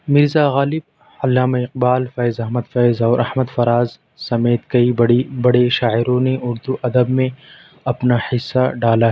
مرزا غالب علامہ اقبال فیض احمد فیض اور احمد فراز سمیت کئی بڑی بڑے شاعروں نے اردو ادب میں اپنا حصہ ڈالا ہے